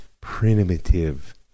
primitive